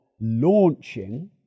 launching